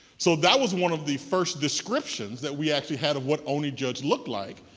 so that was one of the first descriptions that we actually had of what oney judge looked like,